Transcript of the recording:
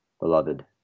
beloved